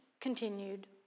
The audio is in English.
continued